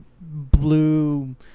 blue